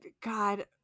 God